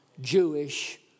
Jewish